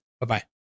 Bye-bye